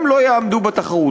הם לא יעמדו בתחרות.